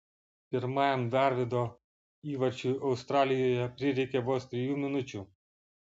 pirmajam darvydo įvarčiui australijoje prireikė vos trijų minučių